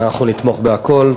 אנחנו נתמוך בהכול.